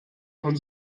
von